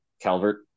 Calvert